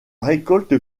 récolte